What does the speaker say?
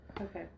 Okay